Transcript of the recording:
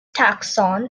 taxon